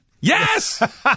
Yes